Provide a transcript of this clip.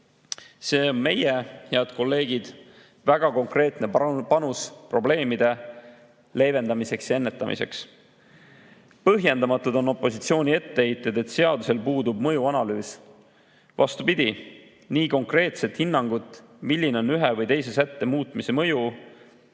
see on meie väga konkreetne panus probleemide leevendamiseks ja ennetamiseks. Põhjendamatud on opositsiooni etteheited, et seadusel puudub mõjuanalüüs. Vastupidi, nii konkreetset hinnangut, milline on ühe või teise sätte muutmise mõju